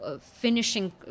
finishing